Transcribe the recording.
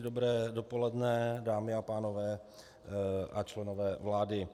Dobré dopoledne, dámy a pánové a členové vlády.